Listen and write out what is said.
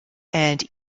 and